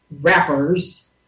rappers